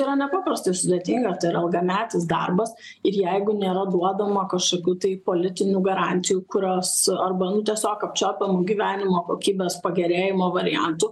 yra nepaprastai sudėtinga tai yra ilgametis darbas ir jeigu nėra duodama kažkokių tai politinių garantijų kurios arba tiesiog apčiuopiam gyvenimo kokybės pagerėjimo variantų